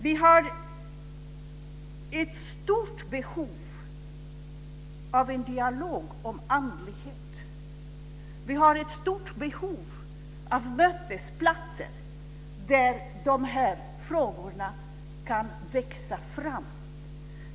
Vi har ett stort behov av en dialog om andlighet. Vi har ett stort behov av mötesplatser där de här frågorna kan växa fram.